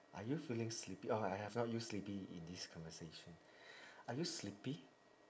are you feeling sleepy oh I I have not used sleepy in this conversation are you sleepy